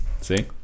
see